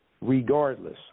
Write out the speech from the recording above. regardless